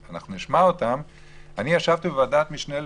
אני ישבתי בוועדת המשנה של